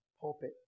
pulpit